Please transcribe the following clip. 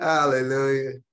Hallelujah